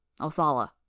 Othala